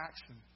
action